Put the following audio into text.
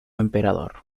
emperador